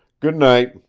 goodnight!